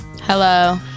Hello